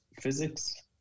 physics